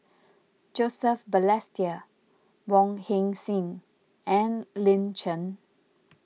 Joseph Balestier Wong Heck Sing and Lin Chen